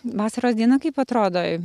vasaros diena kaip atrodo